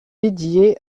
dédiée